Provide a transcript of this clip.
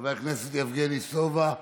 חבר הכנסת יבגני סובה,